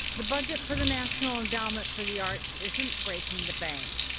the budget for the national endowment for the arts isn't breaking the bank.